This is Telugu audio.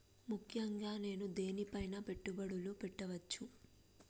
ముఖ్యంగా నేను దేని పైనా పెట్టుబడులు పెట్టవచ్చు?